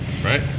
Right